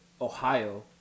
Ohio